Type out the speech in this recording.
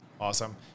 Awesome